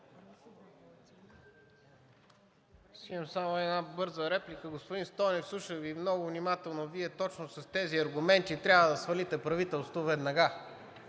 Имам само една бърза реплика. Господин Стойнев, слушам Ви много внимателно. Вие точно с тези аргументи трябва да свалите правителството веднага,